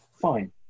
fine